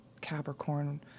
Capricorn